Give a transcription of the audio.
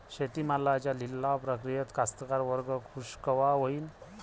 शेती मालाच्या लिलाव प्रक्रियेत कास्तकार वर्ग खूष कवा होईन?